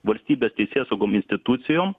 valstybės teisėsaugom institucijom